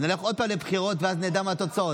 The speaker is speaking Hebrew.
אז נלך עוד פעם לבחירות ואז נדע מה התוצאות.